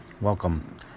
Welcome